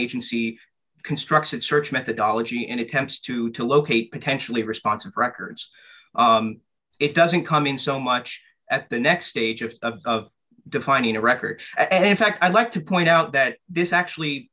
agency constructs its search methodology and attempts to to locate potentially response of records it doesn't come in so much at the next stages of defining a record and in fact i'd like to point out that this actually